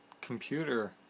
computer